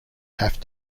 have